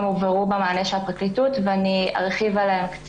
הובהרו במענה של הפרקליטות ואני קצת ארחיב עליהם.